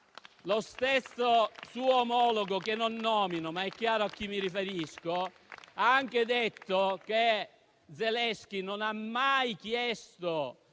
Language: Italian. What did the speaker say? Lo stesso suo omologo - non lo nomino, ma è chiaro a chi mi riferisco - ha anche detto che Zelensky non ha mai chiesto